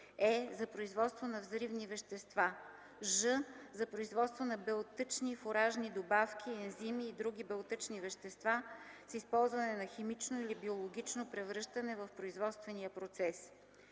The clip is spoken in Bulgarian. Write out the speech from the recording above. е) за производство на взривни вещества; ж) за производство на белтъчни фуражни добавки, ензими и други белтъчни вещества с използване на химично или биологично превръщане в производствения процес.